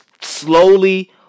slowly